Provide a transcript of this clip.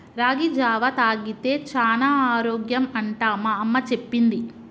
రాగి జావా తాగితే చానా ఆరోగ్యం అంట మా అమ్మ చెప్పింది